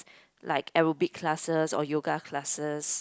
like aerobic classes or yoga classes